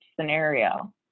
scenario